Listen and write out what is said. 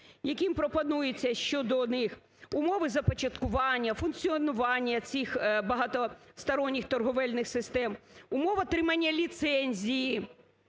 яким пропонується щодо них умови започаткування, функціонування цих багатосторонніх торговельних систем, умови отримання ліцензій